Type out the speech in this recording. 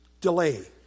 delay